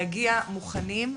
להגיע מוכנים.